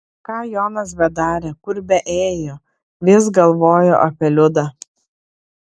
ką jonas bedarė kur beėjo vis galvojo apie liudą